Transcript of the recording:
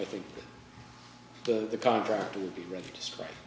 i think that the contractor will be ready to strike